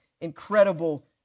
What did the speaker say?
incredible